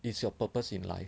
is your purpose in life